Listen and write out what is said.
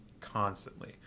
constantly